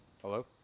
Hello